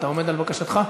אתה עומד על בקשתך?